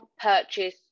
purchase